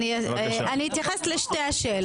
אני אתייחס לשתי השאלות.